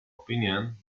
opinion